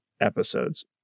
episodes